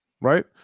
right